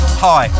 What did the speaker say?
hi